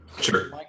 Sure